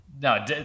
No